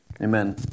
Amen